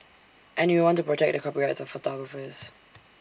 and we want to protect the copyrights of photographers